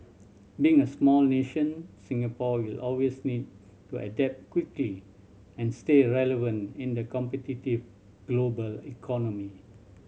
being a small nation Singapore will always need to adapt quickly and stay relevant in the competitive global economy